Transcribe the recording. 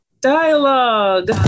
dialogue